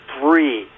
three